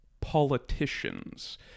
politicians